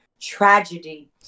tragedy